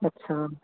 ਅੱਛਿਆ